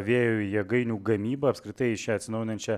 vėjo jėgainių gamybą apskritai į šią atsinaujinančią